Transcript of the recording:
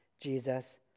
Jesus